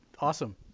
Awesome